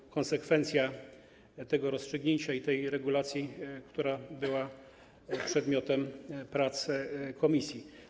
To konsekwencja tego rozstrzygnięcia i regulacji, która była przedmiotem prac komisji.